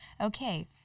Okay